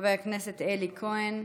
חבר הכנסת אלי כהן,